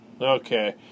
Okay